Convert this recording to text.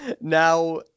now